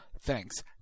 thanks